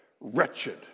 wretched